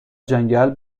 جنگل